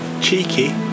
cheeky